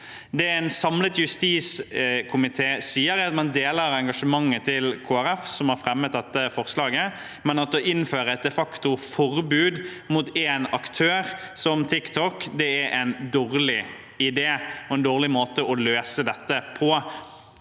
Det en samlet justiskomité sier, er at man deler engasjementet til Kristelig Folkeparti, som har fremmet dette forslaget, men at å innføre et de facto forbud mot én aktør, som TikTok, er en dårlig idé og en dårlig måte å løse dette på.